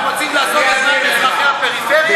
כי אנחנו רוצים לעשות למען אזרחי הפריפריה?